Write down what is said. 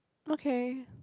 okay